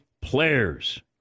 players